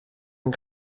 ein